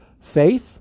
faith